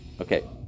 Okay